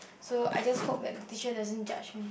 so I just hope that teacher doesn't judge me